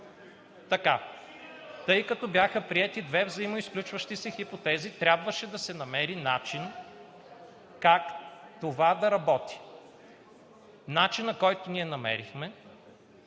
ясно. Тъй като бяха приети две взаимоизключващи се хипотези, трябваше да се намери начин как това да работи. Начинът, който ние намерихме